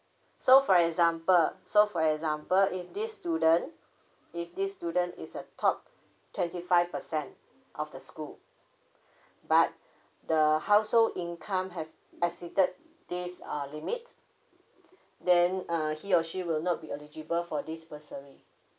so for example so for example if this student if this student is the top twenty five percent of the school but the household income has exceeded these err limit then uh he or she will not be eligible for this bursary